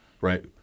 right